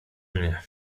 mnie